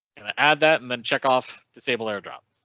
and add that and then check off disable airdrop?